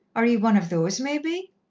are ye one of those, maybe?